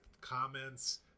comments